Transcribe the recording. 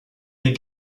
des